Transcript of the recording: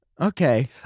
Okay